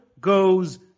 goes